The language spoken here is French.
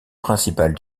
principale